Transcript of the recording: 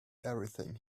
everything